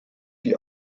die